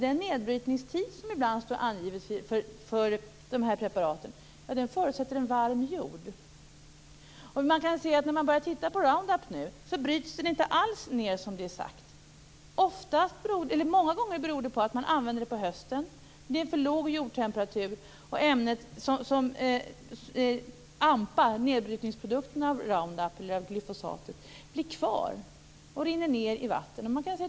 Den nedbrytningstid som ibland står angiven för dessa preparat förutsätter nämligen en varm jord. När man nu börjar titta på Roundup ser man att det inte alls bryts ned så som det är sagt. Många gånger beror det på att man använder det på hösten och att det då är för låg jordtemperatur. Ämnet ampa, som är nedbrytningsprodukten av Roundup, eller av glyfosatet, blir då kvar och rinner ned i vatten.